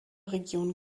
region